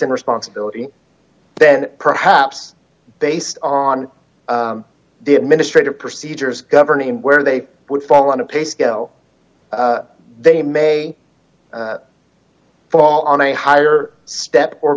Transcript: in responsibility then perhaps based on the administrative procedures governing where they would fall on to pay scale they may d fall on a higher step or